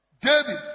david